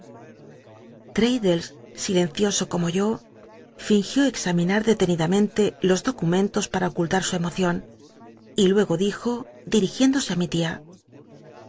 silencioso como yo fingió examinar a ocultar su emocion y luego dijo dirijiéndose á mi tia